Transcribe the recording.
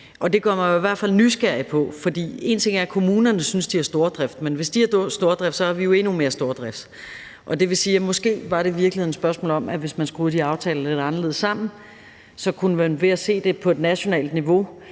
For én ting er, at kommunerne synes, at de har stordrift, men hvis de har stordrift, har vi jo endnu mere stordrift. Så måske det i virkeligheden var et spørgsmål om, at man, hvis man skruede de aftaler lidt anderledes sammen og så det på et nationalt niveau,